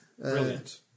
Brilliant